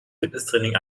fitnesstraining